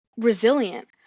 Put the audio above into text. resilient